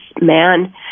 man